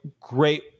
great